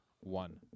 one